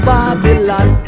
Babylon